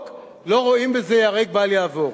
גם המתנגדים לחוק לא רואים בזה ייהרג ובל יעבור,